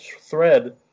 thread